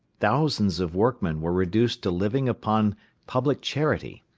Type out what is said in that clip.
thousands of workmen were reduced to living upon public charity.